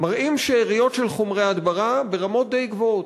מראים שאריות של חומרי הדברה ברמות די גבוהות.